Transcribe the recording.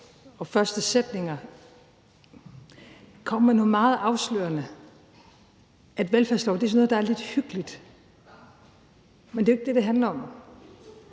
og første sætninger kom med noget meget afslørende, nemlig at velfærdslov er noget, der er lidt hyggeligt. Men det er jo ikke det, det handler om.